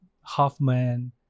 Hoffman